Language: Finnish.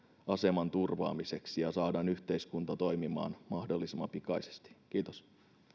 aseman turvaamiseksi ja saadaan yhteiskunta toimimaan mahdollisimman pikaisesti kiitos arvoisa